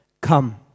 come